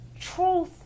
truth